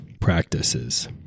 practices